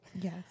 Yes